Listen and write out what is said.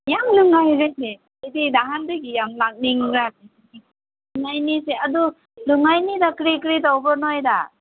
ꯌꯥꯝ ꯅꯨꯡꯉꯥꯏꯔꯦ ꯑꯩꯗꯤ ꯅꯍꯥꯟꯗꯒꯤ ꯌꯥꯝ ꯂꯥꯛꯅꯤꯡꯉꯦ ꯂꯨ ꯉꯥꯏꯅꯤꯁꯦ ꯑꯗꯨ ꯂꯨ ꯉꯥꯏꯅꯤꯗ ꯀꯔꯤ ꯀꯔꯤ ꯇꯧꯕ꯭ꯔꯣ ꯅꯣꯏꯗ